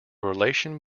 relation